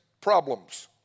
problems